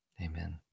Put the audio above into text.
Amen